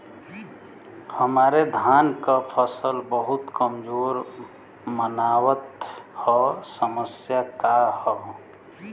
हमरे धान क फसल बहुत कमजोर मनावत ह समस्या का ह?